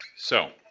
so,